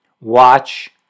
Watch